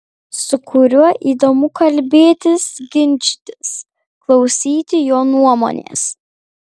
su kuriuo įdomu kalbėtis ginčytis klausyti jo nuomonės